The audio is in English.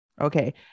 Okay